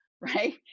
Right